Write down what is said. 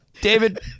David